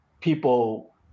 people